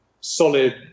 solid